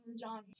John